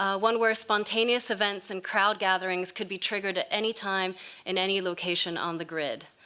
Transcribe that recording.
ah one where spontaneous events and crowd gatherings could be triggered at any time in any location on the grid.